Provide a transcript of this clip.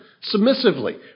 Submissively